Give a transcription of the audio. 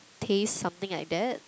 taste something like that